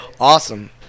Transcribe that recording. Awesome